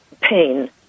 pain